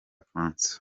francois